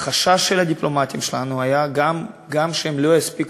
החשש של הדיפלומטים שלנו היה גם שהם לא יספיקו,